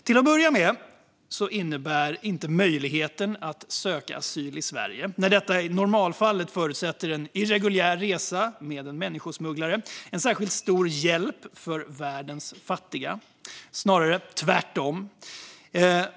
Till att börja med innebär inte möjligheten att söka asyl i Sverige, när detta i normalfallet förutsätter en irreguljär resa med en människosmugglare, en särskilt stor hjälp till världens fattiga. Det är snarare tvärtom.